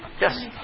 Yes